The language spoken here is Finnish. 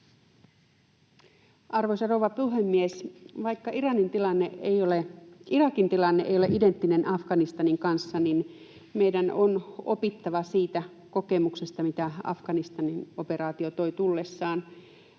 Arvoisa rouva puhemies! Vaikka Irakin tilanne ei ole identtinen Afganistanin kanssa, meidän on opittava siitä kokemuksesta, mitä Afganistanin operaatio toi tullessaan.